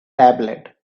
tablet